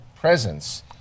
presence